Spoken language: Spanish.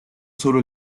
solo